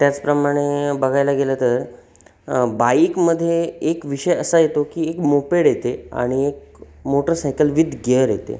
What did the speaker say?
त्याचप्रमाणे बघायला गेलं तर बाईकमध्ये एक विषय असा येतो की एक मोपेड येते आणि एक मोटरसायकल विथ गियर येते